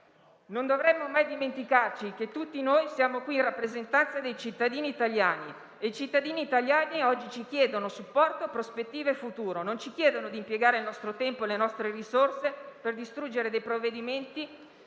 Non dovremmo mai dimenticare che tutti noi siamo qui in rappresentanza dei cittadini italiani, che oggi ci chiedono supporto, prospettive e futuro, non di impiegare il nostro tempo e le nostre risorse per distruggere provvedimenti